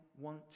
want